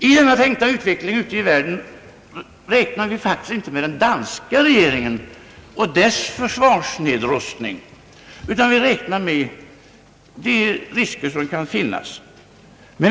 I denna tänkta utveckling räknar vi faktiskt inte med den danska regeringen och dess försvarsnedrustning, utan vi räknar med de risker som kan finnas.